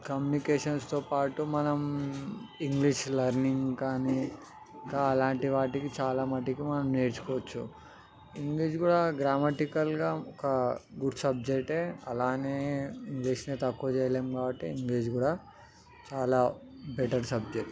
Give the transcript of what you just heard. కమ్యూనికేషన్స్తో పాటు మనం ఇంగ్లీష్ లర్నింగ్ కానీ ఇంకా అలాంటి వాటికి చాలా మటుకు మనం నేర్చుకోవచ్చు ఇంగ్లీష్ కూడా గ్రామటికల్గా ఒక గుడ్ సబ్జెక్టే అలానే ఇంగ్లీష్ని తక్కువ చేయలేము కాబట్టి ఇంగ్లీష్ కూడా చాలా బెటర్ సబ్జెక్ట్